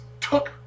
took